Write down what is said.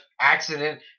accident